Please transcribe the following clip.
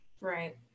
Right